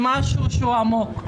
זה משהו עמוק,